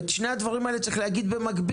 את שני הדברים האלה צריך להגיד במקביל,